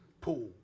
pool